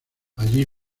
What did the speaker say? allí